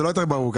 זה לא יותר ברור.